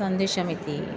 सन्देशमिति